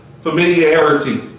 Familiarity